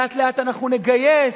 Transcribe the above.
לאט-לאט אנחנו נגייס,